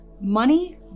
Money